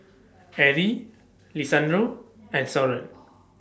Arie Lisandro and Soren